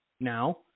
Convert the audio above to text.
now